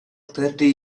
thirty